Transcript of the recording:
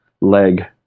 leg